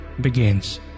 begins